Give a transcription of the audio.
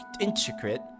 intricate